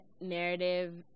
narrative